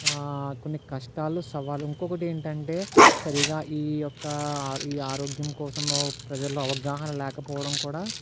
కొన్ని కష్టాలు సవాలు ఇంకొకటి ఏంటంటే సరిగ్గా ఈ యొక్క ఈ ఆరోగ్యం కోసము ప్రజల్లో అవగాహన లేకపోవడం కూడా